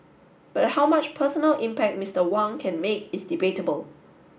but how much personal impact Mister Wang can make is debatable